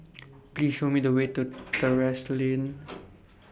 Please Show Me The Way to Terrasse Lane